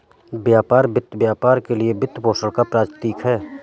व्यापार वित्त व्यापार के लिए वित्तपोषण का प्रतीक है